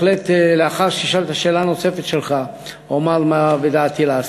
לאחר שתשאל את השאלה הנוספת שלך אומר מה בדעתי לעשות.